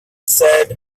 said